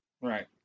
Right